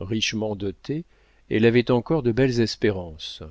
richement dotée elle avait encore de belles espérances